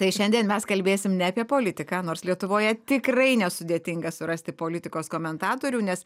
tai šiandien mes kalbėsim ne apie politiką nors lietuvoje tikrai nesudėtinga surasti politikos komentatorių nes